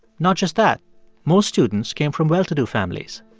not just that most students came from well-to-do families.